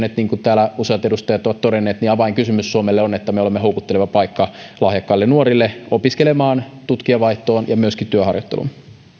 että niin kuin täällä useat edustajat ovat todenneet avainkysymys suomelle on että me olemme houkutteleva paikka lahjakkaille nuorille opiskeluun tutkijavaihtoon ja myöskin työharjoitteluun